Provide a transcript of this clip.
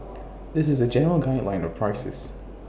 this is A general guideline of prices